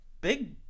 big